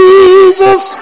Jesus